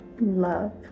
love